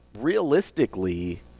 Realistically